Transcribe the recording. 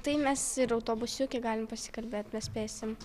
tai mes ir autobusiuke galim pasikalbėt mes spėsim